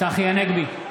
צחי הנגבי,